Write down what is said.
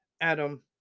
Adam